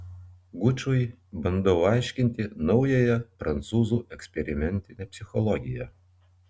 gučui bandau aiškinti naująją prancūzų eksperimentinę psichologiją